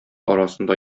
арасында